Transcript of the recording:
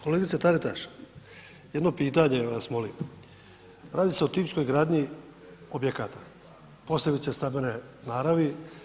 Kolegice Taritaš, jedno pitanje vas molim, radi se o tipskoj gradnji objekata posebice stambene naravi.